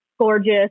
gorgeous